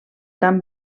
tan